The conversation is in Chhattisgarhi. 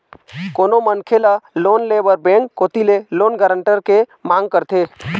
कोनो मनखे ल लोन ले बर बेंक कोती ले लोन गारंटर के मांग करथे